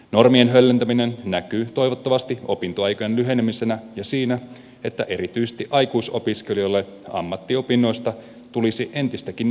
normien höllentäminen näkyy toivottavasti opintoaikojen lyhenemisenä ja siinä että erityisesti aikuisopiskelijoille ammattiopinnoista tulisi entistäkin houkuttelevampi vaihtoehto